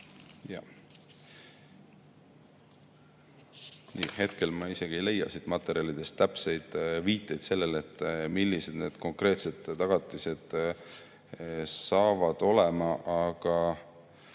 Hetkel ma küll ei leia siit materjalidest täpseid viiteid sellele, millised need konkreetsed tagatised saavad olema. Aga